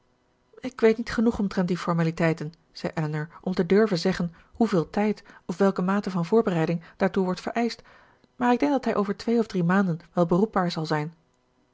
ik weet niet genoeg omtrent die formaliteiten zei elinor om te durven zeggen hoeveel tijd of welke mate van voorbereiding daartoe wordt vereischt maar ik denk dat hij over twee of drie maanden wel beroepbaar zal zijn